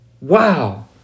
Wow